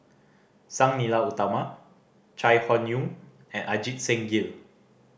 Sang Nila Utama Chai Hon Yoong and Ajit Singh Gill